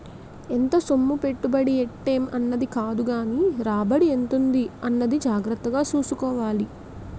ఎంత సొమ్ము పెట్టుబడి ఎట్టేం అన్నది కాదుగానీ రాబడి ఎంతుంది అన్నది జాగ్రత్తగా సూసుకోవాలి